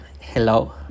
hello